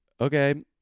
okay